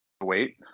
wait